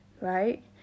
right